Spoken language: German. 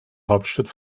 hauptstadt